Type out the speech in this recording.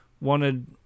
wanted